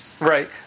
Right